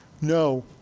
No